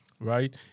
Right